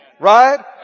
Right